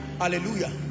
Hallelujah